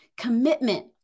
commitment